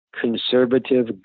conservative